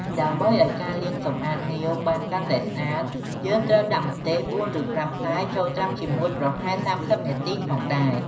ដើម្បីឲ្យការលាងសម្អាតងាវបានកាន់តែស្អាត យើងត្រូវដាក់ម្ទេស៤ឬ៥ផ្លែចូលត្រាំជាមួយប្រហែល៣០នាទីផងដែរ។